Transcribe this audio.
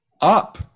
up